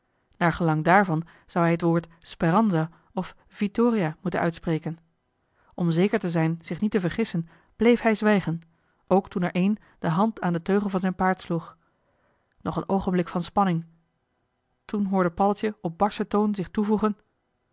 gelang daarvan zou hij het woord speranza of vittoria moeten uitspreken om zeker te zijn zich niet te vergissen bleef hij zwijgen ook toen er een de hand aan den teugel van zijn paard sloeg nog een oogenblik van spanning toen hoorde paddeltje op barschen toon zich toevoegen